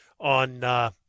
on –